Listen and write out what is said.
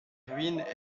ruines